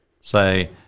say